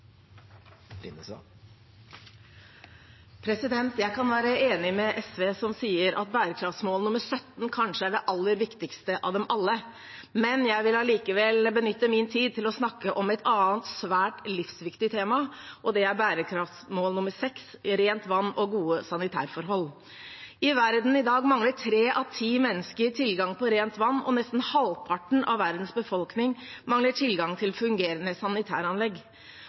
det aller viktigste av dem alle. Jeg vil allikevel benytte min tid til å snakke om et annet, svært livsviktig, tema, og det er bærekraftsmål nr. 6: rent vann og gode sanitærforhold. I verden i dag mangler tre av ti mennesker tilgang på rent vann, og nesten halvparten av verdens befolkning mangler tilgang til fungerende sanitæranlegg.